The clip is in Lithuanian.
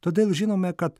todėl žinome kad